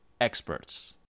experts